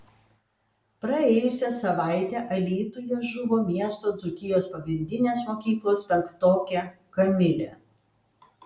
praėjusią savaitę alytuje žuvo miesto dzūkijos pagrindinės mokyklos penktokė kamilė